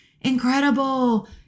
incredible